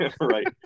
Right